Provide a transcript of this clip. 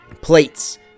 Plates